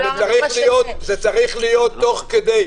זה צריך להיות בד בבד, תוך כדי.